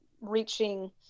reaching